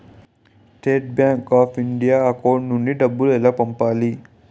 State bank of India account నుంచి డబ్బులు ఎలా పంపాలి?